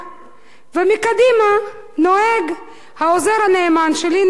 ומקדימה נוהג העוזר הנאמן שלי, נריה מעודה.